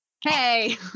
Hey